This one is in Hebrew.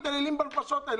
למה מתעללים בנפשות האלה?